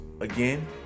again